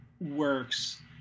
works